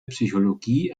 psychologie